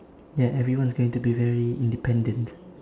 ya everyone is going to be very independent